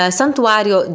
santuario